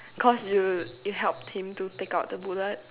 cause you you helped him to take out the bullet